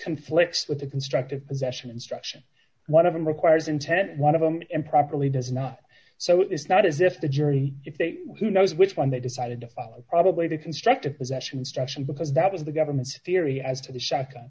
conflicts with the constructive possession instruction one of them requires intent one of them improperly does not so it is not as if the jury if they who knows which one they decided to follow probably the constructive possession instruction because that is the government's theory as to the sh